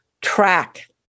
track